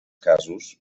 casos